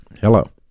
Hello